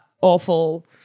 awful